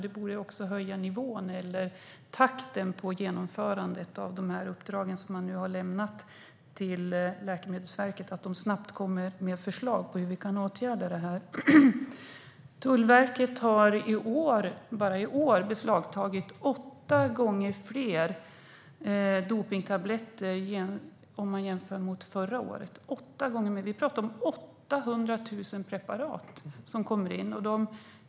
Det borde göra att takten ökar när det gäller genomförandet av de uppdrag som man nu har gett till Livsmedelsverket, så att de snabbt kommer med förslag på hur vi kan åtgärda det här. Tullverket har i år beslagtagit åtta gånger fler dopningstabletter än förra året. Vi pratar om 800 000 tabletter som kommer in.